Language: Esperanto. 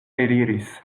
eliris